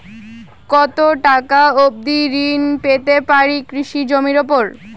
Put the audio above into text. কত টাকা অবধি ঋণ পেতে পারি কৃষি জমির উপর?